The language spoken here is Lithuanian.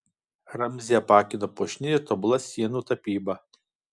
ramzį apakino puošni ir tobula sienų tapyba